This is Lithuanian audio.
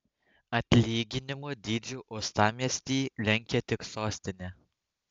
atlyginimų dydžiu uostamiestį lenkia tik sostinė